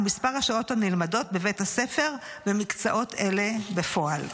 ומספר השעות הנלמדות בבית הספר במקצועות אלה בפועל.